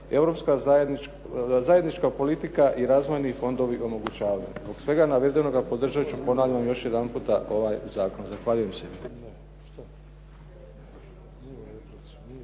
europska zajednička politika i razvojni fondovi omogućavaju. Zbog svega navedenoga podržat ću ponavljam još jedan puta ovaj zakon. Zahvaljujem.